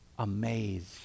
amazed